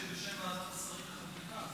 משיב בשם ועדת שרים לחקיקה.